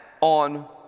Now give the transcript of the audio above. on